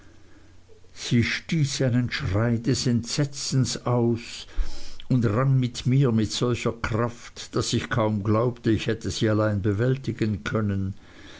sie stieß einen schrei des entsetzens aus und rang mit mir mit solcher kraft daß ich kaum glaube ich hätte sie allein bewältigen können